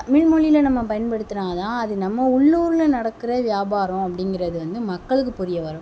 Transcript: தமிழ்மொழியில நம்ம பயன்படுத்துனா தான் அது நம்ம உள்ளூரில் நடக்கிற வியாபாரம் அப்படிங்குறது வந்து மக்களுக்கு புரிய வரும்